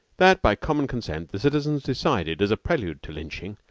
that by common consent the citizens decided, as a prelude to lynching,